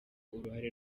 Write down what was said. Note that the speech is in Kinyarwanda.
uruhare